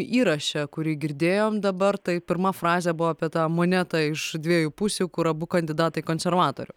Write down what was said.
įraše kurį girdėjom dabar tai pirma frazė buvo apie tą monetą iš dviejų pusių kur abu kandidatai konservatorių